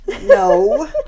No